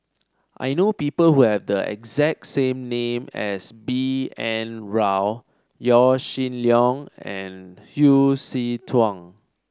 I know people who have the exact same name as B N Rao Yaw Shin Leong and Hsu Tse Kwang